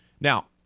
Now